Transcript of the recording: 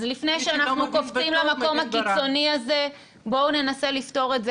אז לפני שאנחנו קופצים למקום הקיצוני הזה בואו ננסה לפתור את זה